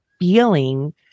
feeling